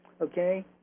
okay